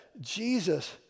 Jesus